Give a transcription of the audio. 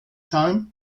time